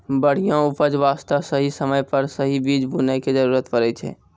बढ़िया उपज वास्तॅ सही समय पर सही बीज बूनै के जरूरत पड़ै छै